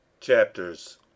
Chapters